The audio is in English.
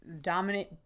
dominant